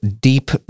deep